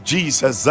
Jesus